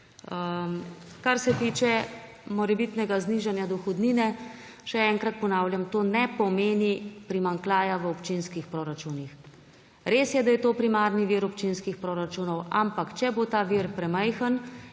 Kar se tiče morebitnega znižanja dohodnine, še enkrat ponavljam. To ne pomeni primanjkljaja v občinskih proračunih. Res je, da je to primarni vir občinskih proračunov, ampak če bo ta vir premajhen,